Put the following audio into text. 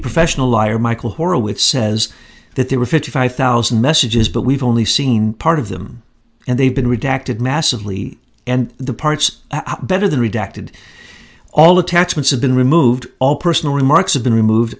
professional liar michael horowitz says that there were fifty five thousand messages but we've only seen part of them and they've been redacted massively and the parts better than redacted all attachments have been removed all personal remarks of been removed